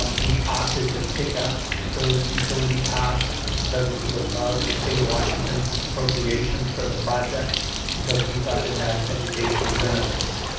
um we opted to pick up those utility costs because it was about the state of washington's appropriation for the project because we thought it had educational benefits.